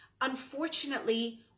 unfortunately